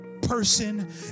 person